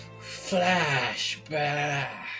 Flashback